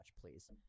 Please